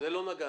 בזה לא נגענו.